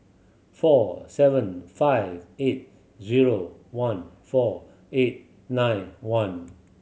four seven five eight zero one four eight nine one